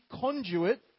conduit